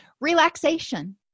Relaxation